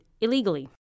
illegally